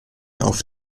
auf